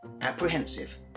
apprehensive